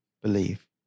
believe